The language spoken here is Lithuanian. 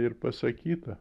ir pasakyta